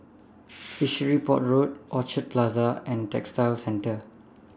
Fishery Port Road Orchard Plaza and Textile Centre